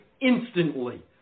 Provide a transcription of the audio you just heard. instantly